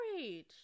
age